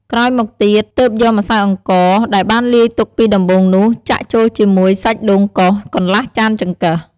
ក្រោយមកទៀត ទើបយកម្សៅអង្ករ ដែលបានលាយទុកពីដំបូងនោះ ចាក់ចូលជាមួយ សាច់ដូងកោស កន្លះចានចង្កឹះ។